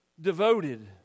devoted